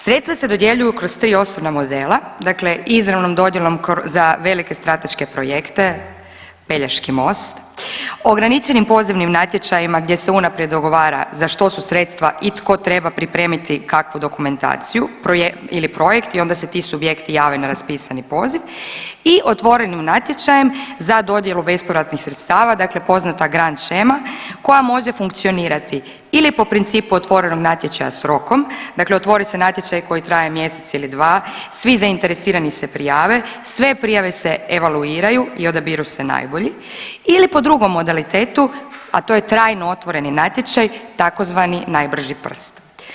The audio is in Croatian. Sredstva se dodjeljuju kroz 2 osnovna modela, dakle izravnom dodjelom za velike strateške projekte, Pelješki most, ograničenim pozivnim natječajima gdje se unaprijed dogovara za što su sredstva i tko treba pripremiti kakvu dokumentaciju ili projekt i onda se ti subjekti jave na raspisani poziv i otvorenim natječajem za dodjelu bespovratnih sredstava, dakle poznata grand shema koja može funkcionirati ili po principu otvorenog natječaja s rokom, dakle otvori se natječaj koji traje mjesec ili 2, svi zainteresirani se prijave, sve prijave se evaluiraju i odabiru se najbolji ili po drugom modalitetu, a to je trajno otvoreni natječaj, tzv. najbrži prst.